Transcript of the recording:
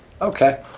Okay